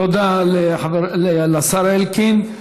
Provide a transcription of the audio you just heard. תודה לשר אלקין.